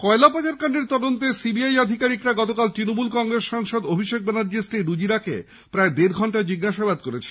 কয়লা পাচার কান্ডের তদন্তে সি বি আই আধিকারিকরা গতকাল তৃণমূল কংগ্রেস সাংসদ অভিষেক ব্যানার্জীর স্ত্রী রুজিরাকে প্রায় দেড় ঘণ্টা জিজ্ঞাসাবাদ করেছে